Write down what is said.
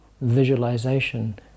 visualization